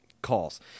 calls